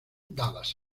dadas